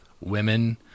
women